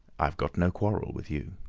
i've got no quarrel with you.